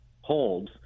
holds